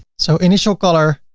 so initial color